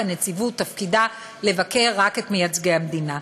כי תפקיד הנציבות לבקר רק את מייצגי המדינה,